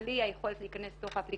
והוא נותן מען מגורים שהוא לא בישראל,